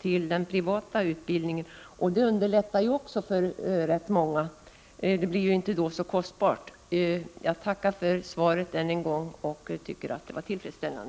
till den privata utbildningen. Detta underlättar naturligtvis också för rätt många — det blir ju inte fullt så kostsamt. Jag tackar än en gång för svaret, som var tillfredsställande.